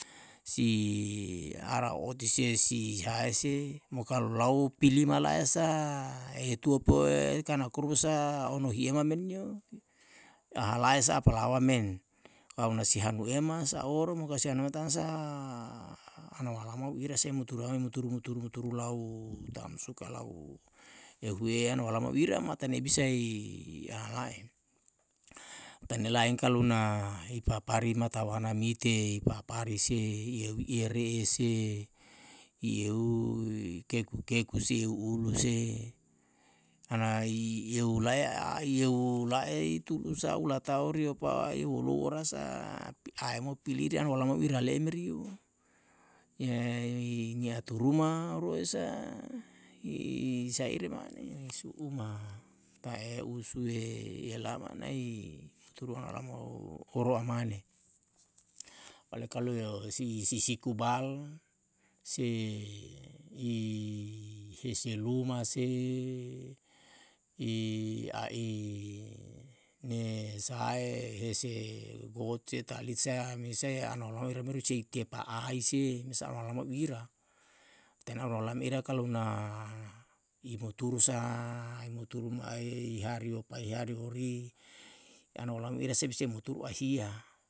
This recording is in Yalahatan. Si ara oti si sihae se mo kalu lau pili mala'e sa tuo poe karna koru sa ono hi ema menio. ahalae sa apalawa men kalu na si hanu ema sa oro mo kalu si hanue tansa an olama u ira se muturua me muturu muturu muturu lau tam suka lau ehue yano olama wira matane bisa i ahala'e. tane lain kalu na hei papari matawana mite i papari se i re'e se i keku keku si ulu se ana i ehu lae i tulu sa u latau riopa i hulou orasa ae mo pilire an olama wira le'e merio. nia turuma oro esa i sae ire mane su'uma ta'e usu'e i helama nai turuna olama u oro amane. oleh kalu hesi i si siku bal se i hi si luma se i ne sahae hese got talit sa mesae an olama wera meri seitia pa'ai se mesa molama ira. tane me ira kalu na i muturu sa i muturu mae i hari opae i hari hori i an olama we ira se bisae muturu ahia